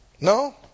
No